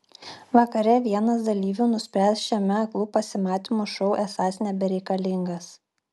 vakare vienas dalyvių nuspręs šiame aklų pasimatymų šou esąs nebereikalingas